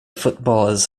footballers